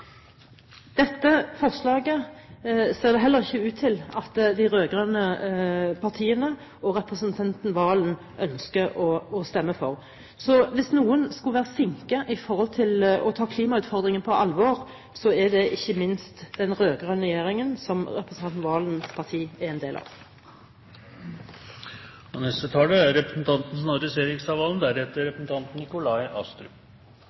Dette forslaget ser det heller ikke ut til at de rød-grønne partiene og representanten Serigstad Valen ønsker å stemme for. Så hvis noen skulle være sinke når det gjelder å ta klimautfordringer på alvor, er det ikke minst den rød-grønne regjeringen, som representanten Serigstad Valens parti er en del av.